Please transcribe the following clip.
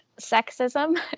sexism